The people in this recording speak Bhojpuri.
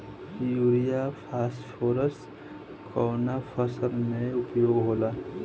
युरिया फास्फोरस कवना फ़सल में उपयोग होला?